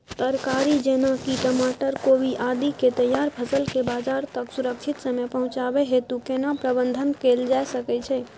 तरकारी जेना की टमाटर, कोबी आदि के तैयार फसल के बाजार तक सुरक्षित समय पहुँचाबै हेतु केना प्रबंधन कैल जा सकै छै?